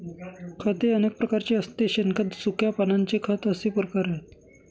खत हे अनेक प्रकारचे असते शेणखत, सुक्या पानांचे खत असे प्रकार आहेत